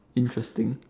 interesting